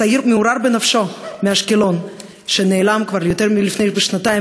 צעיר מעורער בנפשו מאשקלון שנעלם כבר לפני יותר משנתיים,